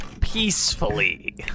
peacefully